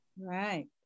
Right